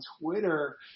Twitter